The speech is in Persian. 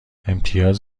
امتیاز